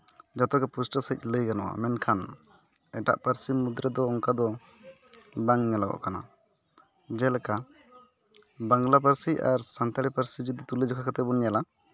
ᱡᱚᱛᱚᱜᱮ ᱯᱩᱥᱴᱟᱹᱣ ᱥᱟᱺᱦᱤᱡ ᱞᱟᱹᱭ ᱜᱟᱱᱚᱜᱼᱟ ᱢᱮᱱᱠᱷᱟᱱ ᱮᱴᱟᱜ ᱯᱟᱹᱨᱥᱤ ᱢᱩᱫᱽ ᱨᱮᱫᱚ ᱚᱱᱠᱟᱫᱚ ᱵᱟᱝ ᱧᱮᱞᱚᱜᱚᱜ ᱠᱟᱱᱟ ᱡᱮᱞᱮᱠᱟ ᱵᱟᱝᱞᱟ ᱯᱟᱹᱨᱥᱤ ᱟᱨ ᱥᱟᱱᱛᱟᱲᱤ ᱯᱟᱹᱨᱥᱤ ᱡᱩᱫᱤ ᱛᱩᱞᱟᱹ ᱡᱚᱠᱷᱟ ᱠᱟᱛᱮᱜ ᱵᱚᱱ ᱧᱮᱞᱟ